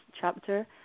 chapter